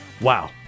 wow